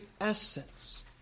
essence